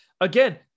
Again